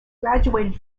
graduated